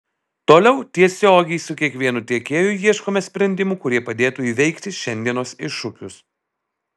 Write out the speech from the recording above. toliau tiesiogiai su kiekvienu tiekėju ieškome sprendimų kurie padėtų įveikti šiandienos iššūkius